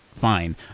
fine